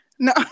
No